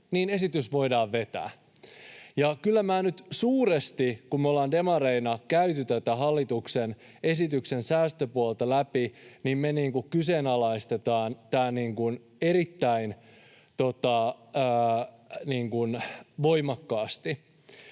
niin esitys voidaan vetää. Ja kyllä minä nyt suuresti... Kun me ollaan demareina käyty tätä hallituksen esityksen säästöpuolelta läpi, niin me kyseenalaistetaan tämä erittäin voimakkaasti.